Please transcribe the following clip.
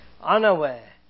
Unaware